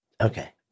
Okay